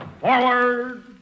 forward